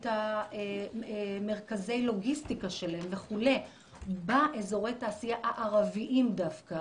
את מרכזי הלוגיסטיקה שלהן וכולי באזורי התעשייה הערביים דווקא